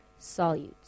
solutes